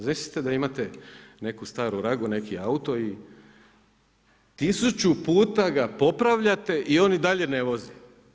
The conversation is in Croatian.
Zamislite da imate neku staru ragu, neki auto i tisuću puta ga popravljate i on i dalje ne vozi.